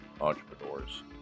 entrepreneurs